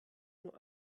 nur